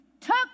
Took